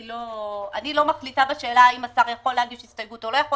אני לא מחליטה בשאלה האם השר יכול להגיש הסתייגות או לא יכול